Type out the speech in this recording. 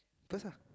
first ah